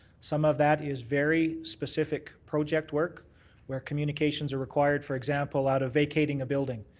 some of that is very specific project work where communications are required, for example, out of vacating a building.